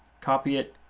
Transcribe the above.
copy it,